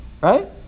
right